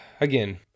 Again